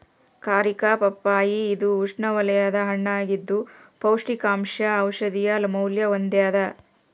ಕಾರಿಕಾ ಪಪ್ಪಾಯಿ ಇದು ಉಷ್ಣವಲಯದ ಹಣ್ಣಾಗಿದ್ದು ಪೌಷ್ಟಿಕಾಂಶ ಔಷಧೀಯ ಮೌಲ್ಯ ಹೊಂದ್ಯಾದ